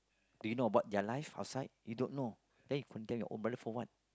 they know about their lives outside you don't know then you condemn your own brother for what